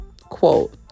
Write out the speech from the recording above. quote